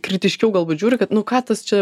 kritiškiau galbūt žiūri kad nu ką tas čia